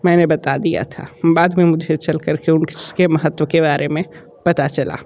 मैंने बता दिया था बाद में मुझे चल करके उन इसके महत्त्व के बारे में पता चला